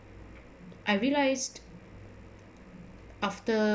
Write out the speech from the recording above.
I realised after